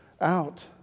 out